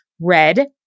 red